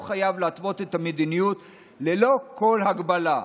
הוא חייב להתוות את המדיניות ללא כל הגבלה.